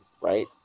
right